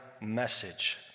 message